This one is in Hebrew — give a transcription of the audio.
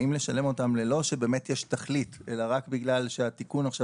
האם לשלם אותם ללא שבאמת יש תכלית אלא רק בגלל שהתיקון עכשיו